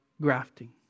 grafting